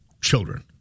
children